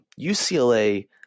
UCLA